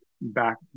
back